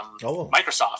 Microsoft